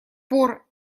пор